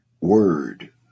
word